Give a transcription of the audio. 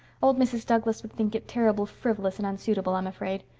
old mrs. douglas would think it terrible frivolous and unsuitable, i'm afraid.